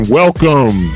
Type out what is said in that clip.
welcome